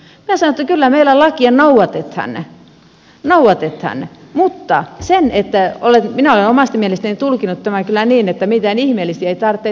minä sanoin että kyllä meillä lakia noudatetaan mutta minä olen omasta mielestäni tulkinnut tämän kyllä niin että mitään ihmeellisiä ei tarvitse alkaa tekemään